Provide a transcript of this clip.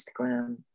Instagram